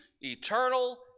eternal